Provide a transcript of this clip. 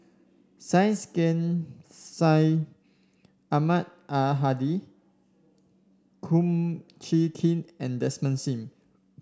Syed Sheikh Syed Ahmad Al Hadi Kum Chee Kin and Desmond Sim